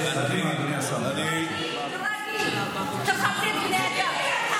תירגעי, תכבדי בני אדם.